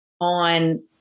on